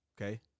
okay